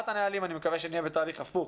הנהלים ואני מקווה שבעוד שבועיים נהיה בתהליך הפוך.